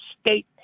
state